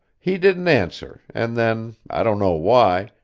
he didn't answer, and then, i don't know why,